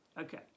okay